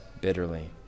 bitterly